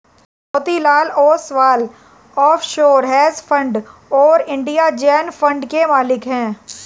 Motilal Oswal offshore hedge fund और India zen fund के मालिक हैं